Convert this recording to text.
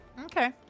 Okay